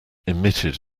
emitted